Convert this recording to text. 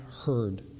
heard